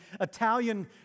Italian